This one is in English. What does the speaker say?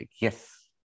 Yes